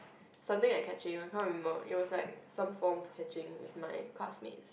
something like catching I can't remember it was like some form of catching with my classmates